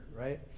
right